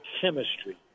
chemistry